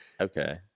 okay